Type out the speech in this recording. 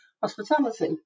hospitality